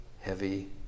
heavy